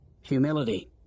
Humility